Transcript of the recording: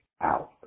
out